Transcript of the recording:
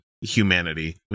humanity